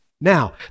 Now